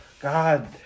god